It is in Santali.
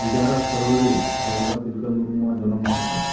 ᱮᱜᱟᱨᱚ ᱯᱷᱮᱵᱽᱨᱩᱣᱟᱨᱤ ᱫᱚ ᱵᱟᱵᱟ ᱛᱤᱞᱠᱟᱹ ᱢᱩᱨᱢᱩᱣᱟᱜ ᱡᱚᱱᱚᱢ ᱢᱟᱦᱟ ᱠᱟᱱᱟ